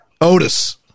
Otis